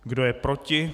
Kdo je proti?